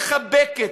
מחבקת,